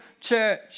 church